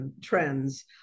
trends